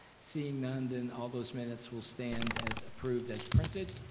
seeing none then all those minutes will stand as approved as printed,